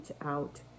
out